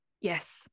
Yes